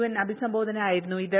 N അഭിസംബോധന ആയിരുന്നു ഇത്